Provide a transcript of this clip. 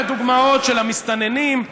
הדוגמאות של המסתננים,